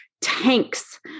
tanks